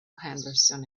henderson